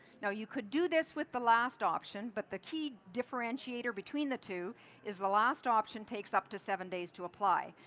now, you can do this with the last option, but the key differentiater between the two is the last option takes up to seven days to apply.